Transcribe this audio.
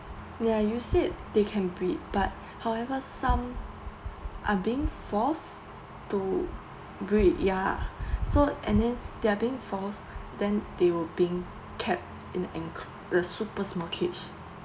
ya you said they can breed but however some are being forced to breed ya so and and then they are being forced then they will being kept in en~ a super small cage